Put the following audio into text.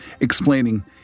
explaining